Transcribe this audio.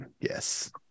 yes